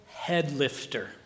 headlifter